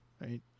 right